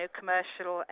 commercial